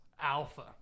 alpha